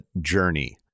Journey